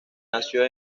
nació